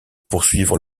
poursuivre